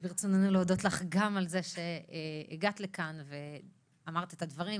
ברצוננו להודות לך גם על זה שהגעת לכאן ואמרת את הדברים.